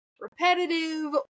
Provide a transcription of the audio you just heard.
repetitive